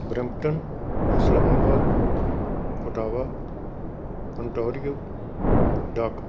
Brampton Islamabad Ottawa Ontario duck